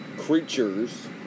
Creatures